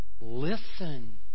Listen